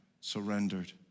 surrendered